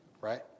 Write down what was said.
right